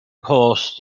post